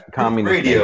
communist